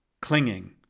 clinging